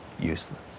Useless